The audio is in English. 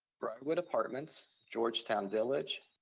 briarwood apartments, georgetown village,